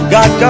God